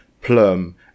plum